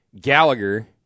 Gallagher